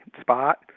spot